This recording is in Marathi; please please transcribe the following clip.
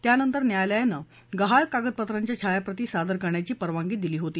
त्यानंतर या न्यायालयानं गहाळ कागदपत्रांच्या छायाप्रती सादर करण्याची परवानगी दिली होती